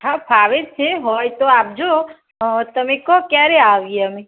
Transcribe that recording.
હા ફાવેજ છે હોય તો આપજો અ તમે કહો ક્યારે આવીએ અમે